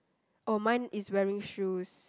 oh mine is wearing shoes